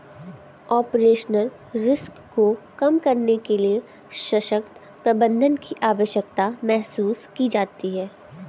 operational risk को कम करने के लिए सशक्त प्रबंधन की आवश्यकता महसूस की जाती है